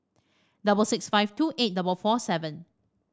double six five two eight double four seven